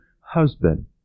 husband